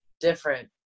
different